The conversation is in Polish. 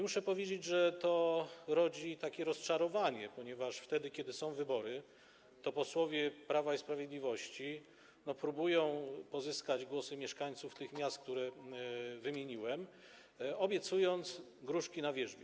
Muszę powiedzieć, że to rodzi rozczarowanie, ponieważ wtedy kiedy są wybory, to posłowie Prawa i Sprawiedliwości próbują pozyskać głosy mieszkańców tych miast, które wymieniłem, obiecując gruszki na wierzbie.